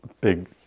big